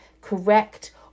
correct